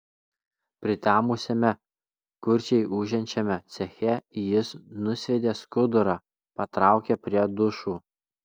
pritemusiame kurčiai ūžiančiame ceche jis nusviedė skudurą patraukė prie dušų